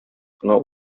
кына